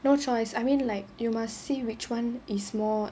no choice I mean like you must see which [one] is more